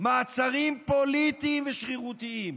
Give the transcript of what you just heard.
מעצרים פוליטיים ושרירותיים,